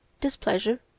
displeasure